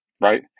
Right